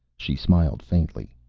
she smiled faintly.